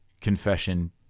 confession